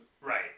Right